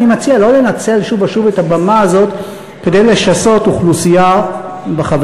ואני מציע לא לנצל שוב ושוב את הבמה הזאת כדי לשסות אוכלוסייה בחברתה.